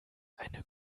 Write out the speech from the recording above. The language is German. eine